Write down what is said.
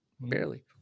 barely